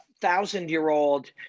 thousand-year-old